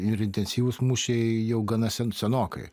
ir intensyvūs mūšiai jau gana senokai